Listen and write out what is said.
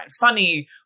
funny